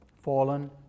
fallen